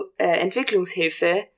Entwicklungshilfe